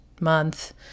month